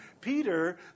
Peter